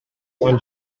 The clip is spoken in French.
point